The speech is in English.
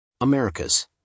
Americas